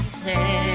say